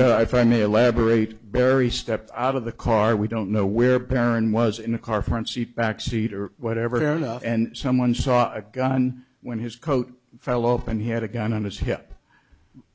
ok i find me elaborate barry stepped out of the car we don't know where parent was in a car front seat back seat or whatever they're not and someone saw a gun when his coat fell open he had a gun on his hip